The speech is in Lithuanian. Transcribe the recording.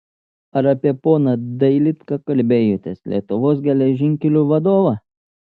ar apie poną dailydką kalbėjotės lietuvos geležinkelių vadovą